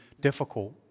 difficult